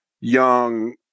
young